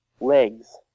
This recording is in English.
Legs